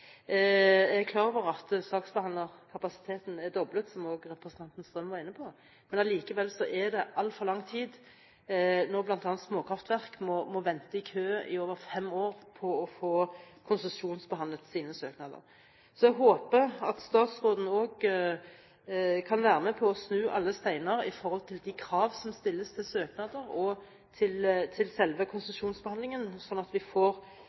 Jeg er klar over at saksbehandlerkapasiteten er doblet, som også representanten Strøm var inne på. Men allikevel er det altfor lang tid når bl.a. småkraftverk må vente i kø i over fem år for å få konsesjonsbehandlet sine søknader. Så jeg håper at statsråden kan være med på å snu alle steiner med tanke på de krav som stilles til søknader og til selve konsesjonsbehandlingen, slik at